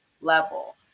level